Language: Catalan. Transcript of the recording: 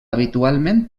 habitualment